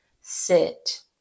Sit